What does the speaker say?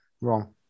Wrong